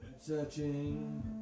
Searching